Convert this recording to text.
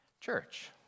church